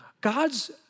God's